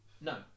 No